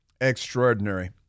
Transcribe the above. extraordinary